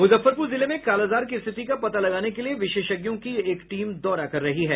मूजफ्फरपूर जिले में कालाजार की स्थिति का पता लगाने के लिये विशेषज्ञों की एक टीम दौरा कर रही है